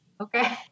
Okay